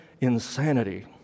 insanity